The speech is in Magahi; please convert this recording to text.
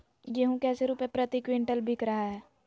गेंहू कैसे रुपए प्रति क्विंटल बिक रहा है?